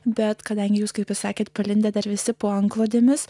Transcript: bet kadangi jūs kaip įsakėte palindę visi po antklodėmis